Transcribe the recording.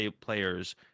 players